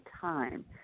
time